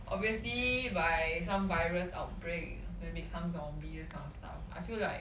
obviously by some virus outbreak then become zombie this kind of stuff I feel like